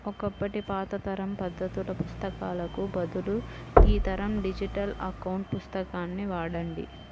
ఒకప్పటి పాత తరం పద్దుల పుస్తకాలకు బదులు ఈ తరం డిజిటల్ అకౌంట్ పుస్తకాన్ని వాడండి